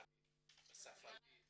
אמהרית, צרפתית,